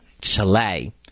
Chile